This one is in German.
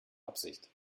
absicht